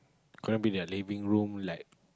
gonna be their living room like